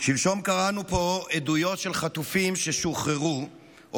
שלשום קראנו פה עדויות של חטופים ששוחררו או